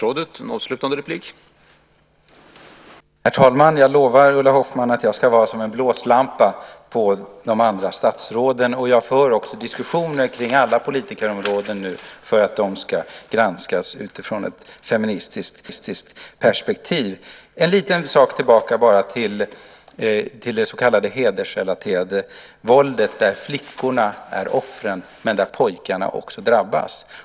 Herr talman! Jag lovar Ulla Hoffmann att jag ska sätta en blåslampa på de andra statsråden. Jag för nu diskussioner på alla politikområden för att de ska granskas utifrån ett feministiskt perspektiv. Jag vill en liten stund gå tillbaka till det så kallade hedersrelaterade våldet, där flickorna är offren men också pojkarna drabbas.